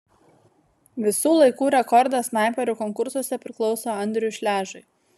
visų laikų rekordas snaiperių konkursuose priklauso andriui šležui